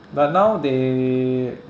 but now they ya